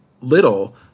little